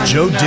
Joe